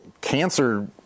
cancer